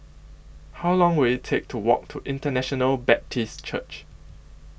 How Long Will IT Take to Walk to International Baptist Church